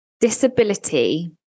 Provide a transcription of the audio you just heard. disability